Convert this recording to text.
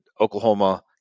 Oklahoma